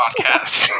podcast